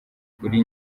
kuri